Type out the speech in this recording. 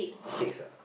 six ah